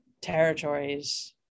territories